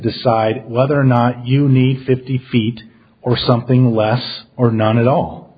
decide whether or not you need fifty feet or something less or none at all